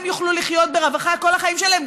הם יוכלו לחיות ברווחה כל החיים שלהם,